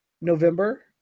November